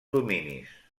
dominis